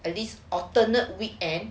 at least alternate weekends